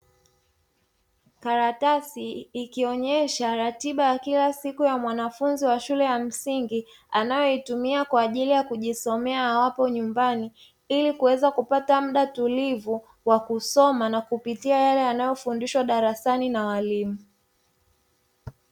Karatasi ikionyesha ratiba ya kila siku ya mwanafunzi wa shule ya msingi anayoitumia kwa ajili ya kujisomea awapo nyumbani ili kuweza kupata mda tulivu wa kusoma na kupitia yale yanayofundishwa darasani na walimu.